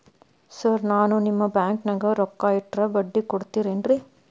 Sir ನಾನು ನಿಮ್ಮ ಬ್ಯಾಂಕನಾಗ ರೊಕ್ಕ ಇಟ್ಟರ ಬಡ್ಡಿ ಕೊಡತೇರೇನ್ರಿ?